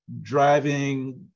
driving